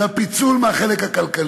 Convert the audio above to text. זה הפיצול של החלק הכלכלי.